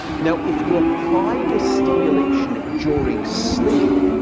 now, if you apply this stimulation during sleep,